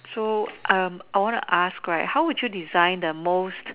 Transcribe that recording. so um I want to ask right how would you design the most